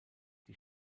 die